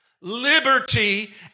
liberty